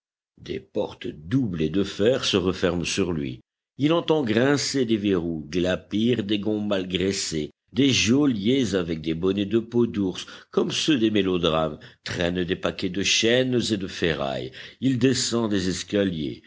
des portes doublées de fer se referment sur lui il entend grincer des verrous glapir des gonds mal graissés des geôliers avec des bonnets de peau d'ours comme ceux des mélodrames traînent des paquets de chaînes et de ferrailles il descend des escaliers